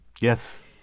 yes